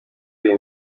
iyo